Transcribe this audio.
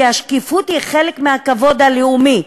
כי השקיפות היא חלק מהכבוד הלאומי,